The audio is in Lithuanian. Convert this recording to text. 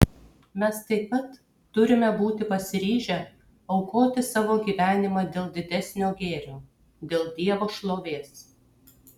mes taip pat turime būti pasiryžę aukoti savo gyvenimą dėl didesnio gėrio dėl dievo šlovės